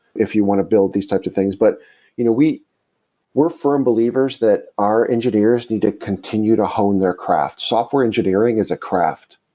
if you want to build these types of things but you know we're firm believers that our engineers need to continue to hone their craft. software engineering is a craft,